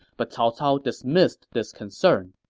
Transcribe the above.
but cao cao dismissed this concern